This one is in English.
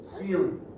feeling